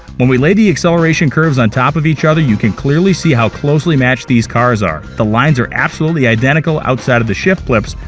when we lay the acceleration curves on top of each other, you can clearly see how closely matched these cars are. the lines are absolutely identical, outside of the shift flips,